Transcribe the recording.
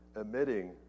emitting